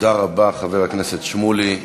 תודה רבה, חבר הכנסת שמולי.